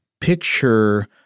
picture